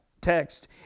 text